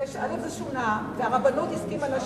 שזה שונה, והרבנות הסכימה.